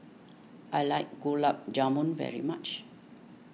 I like Gulab Jamun very much